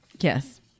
Yes